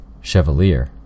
Chevalier